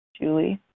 Julie